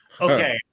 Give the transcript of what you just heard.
okay